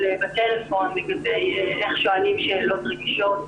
בטלפון בנוגע לאיך שואלים שאלות רגישות.